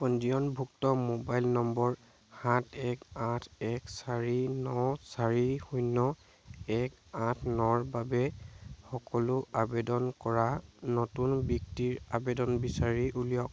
পঞ্জীয়নভুক্ত মোবাইল নম্বৰ সাত এক আঠ এক চাৰি ন চাৰি শূন্য় এক আঠ নৰ বাবে সকলো আবেদন কৰা নতুন বিত্তিৰ আবেদন বিচাৰি উলিয়াওক